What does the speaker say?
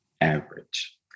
average